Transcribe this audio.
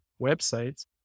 websites